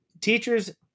teachers